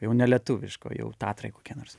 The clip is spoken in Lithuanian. jau ne lietuviško jau tatrai kokie nors